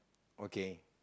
okay